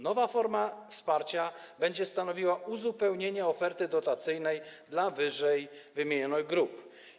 Nowa forma wsparcia będzie stanowiła uzupełnienie oferty dotacyjnej dla wyżej wymienionych grup.